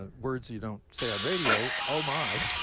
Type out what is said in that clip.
ah words you don't say on radio oh, my